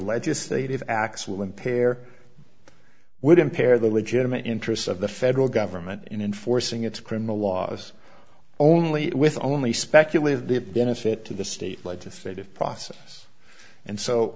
legislative acts will impair would impair the legitimate interests of the federal government in enforcing its criminal laws only with only speculated lip benefit to the state legislative process and so